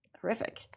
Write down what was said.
Horrific